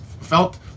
felt